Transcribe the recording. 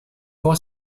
was